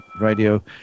radio